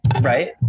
Right